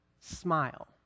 smile